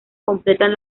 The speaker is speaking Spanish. completan